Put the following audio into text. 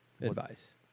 advice